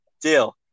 Deal